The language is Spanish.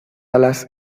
alas